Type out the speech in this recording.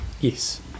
Yes